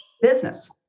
business